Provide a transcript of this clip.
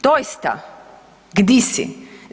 Doista, gdi si?